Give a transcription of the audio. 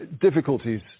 difficulties